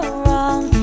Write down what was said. wrong